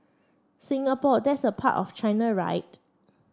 Singapore that's a part of China right